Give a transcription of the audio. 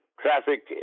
traffic